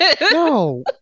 No